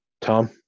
Tom